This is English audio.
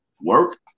Work